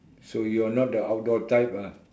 so you are not the outdoor type ah